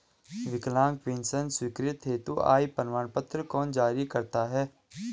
विकलांग पेंशन स्वीकृति हेतु आय प्रमाण पत्र कौन जारी करता है?